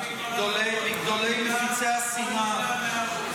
מגדולי מפיצי השנאה.